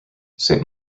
saint